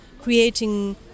creating